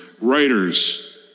writers